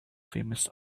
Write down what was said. famous